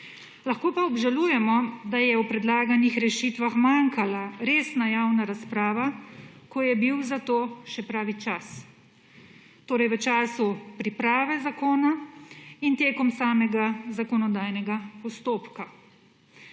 Lahko pa obžalujemo, da je v predlaganih rešitvah manjkala resna javna razprava, ko je bil za to še pravi čas; torej v času priprave zakona in tekom samega zakonodajnega postopka.